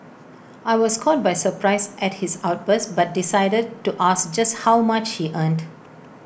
I was caught by surprise at his outburst but decided to ask just how much he earned